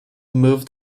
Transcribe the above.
moved